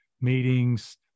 meetings